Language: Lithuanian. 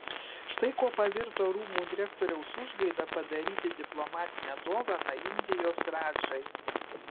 štai kuo pavirto rūmų direktoriaus užgaida padaryti diplomatinę dovaną indijos radžai